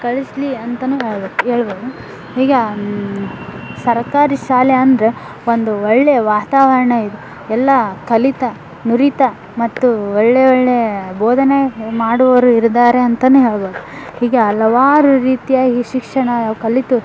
ಕಳಿಸಲಿ ಅಂತನೂ ಹೇಳ್ಬೇಕು ಹೇಳ್ಬೋದು ಹೀಗೆ ಸರಕಾರಿ ಶಾಲೆ ಅಂದರೆ ಒಂದು ಒಳ್ಳೆಯ ವಾತಾವರಣ ಇದೆ ಎಲ್ಲ ಕಲಿತ ನುರಿತ ಮತ್ತು ಒಳ್ಳೆಯ ಒಳ್ಳೆಯ ಬೋಧನೆ ಮಾಡುವವರು ಇದ್ದಾರೆ ಅಂತನೇ ಹೇಳ್ಬೋದು ಹೀಗೆ ಹಲವಾರು ರೀತಿಯಾಗಿ ಶಿಕ್ಷಣ ನಾವು ಕಲಿತು